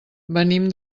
venim